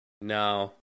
No